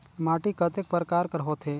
माटी कतेक परकार कर होथे?